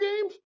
games